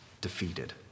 defeated